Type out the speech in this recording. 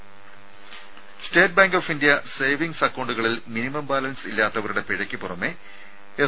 രുമ state bank of India savings അക്കൌണ്ടുകളിൽ minimum balance ഇല്ലാത്തവരുടെ പിഴയ്ക്ക് പുറമെ എസ്